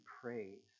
praise